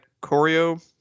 Corio